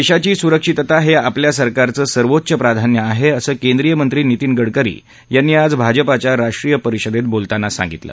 देशांची सुरक्षीतता हे आपल्या सरकारचं सर्वेच्च प्राधान्य आहे असं केद्रीय मंत्री नितीन गडकरी यांनी आज भाजपाच्या राष्ट्रीय परिषदेत बोलताना सांगितलं